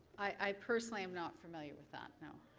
i personally am not familiar with that, no.